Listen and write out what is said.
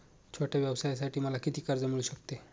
छोट्या व्यवसायासाठी मला किती कर्ज मिळू शकते?